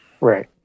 Right